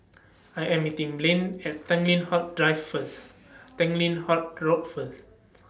I Am meeting Blane At Tanglin Halt Drive First Tanglin Halt Road First